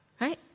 Right